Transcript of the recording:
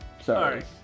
sorry